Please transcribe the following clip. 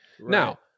Now